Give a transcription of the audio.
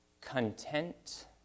content